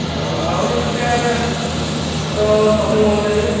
ହଁ ଭାବୁଛି ଗୋଟେ ଛୋଟ ସପିଙ୍ଗ୍ ମଲ୍ଟେ ଦେବି